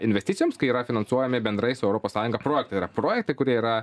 investicijoms kai yra finansuojami bendrai su europos sąjunga projektai yra projektai kurie yra